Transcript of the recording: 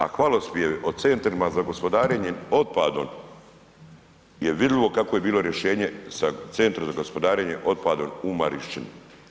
A hvalospjev o centrima za gospodarenje otpadom je vidljivo kakvo je bilo rješenje sa Centrom za gospodarenje otpadom u Marišćini.